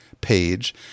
page